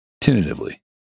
tentatively